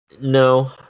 No